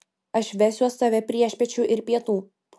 aš vesiuos tave priešpiečių ir pietų